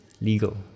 legal